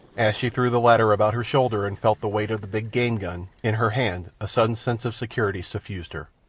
as she threw the latter about her shoulder and felt the weight of the big game-gun in her hand a sudden sense of security suffused her.